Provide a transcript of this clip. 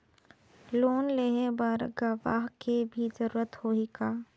Loan लेहे बर गवाह के भी जरूरत होही का?